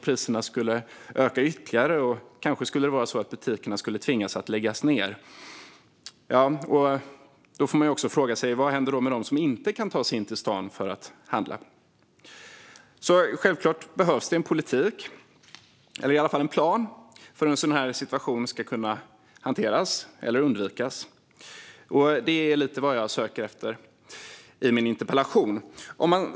Priserna skulle öka ytterligare, och kanske skulle butikerna tvingas läggas ned. Då får man också fråga sig: Vad händer med dem som inte kan ta sig in till stan för att handla? Självklart behövs det en politik, eller i alla fall en plan, för hur en sådan här situation ska kunna hanteras eller undvikas. Det är lite vad jag söker efter i min interpellation.